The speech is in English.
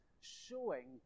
showing